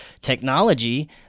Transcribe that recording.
technology